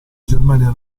germania